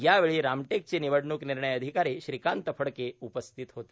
यावेळी रामटेकचे निवडणूक निर्णय अधिकारी श्रीकांत फडके उपस्थित होते